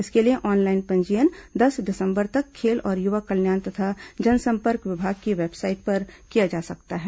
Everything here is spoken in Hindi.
इसके लिए ऑनलाइन पंजीयन दस दिसंबर तक खेल और युवा कल्याण तथा जनसंपर्क विभाग की वेबसाइट पर किया जा सकता है